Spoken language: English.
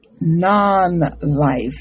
non-life